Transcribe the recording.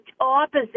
opposite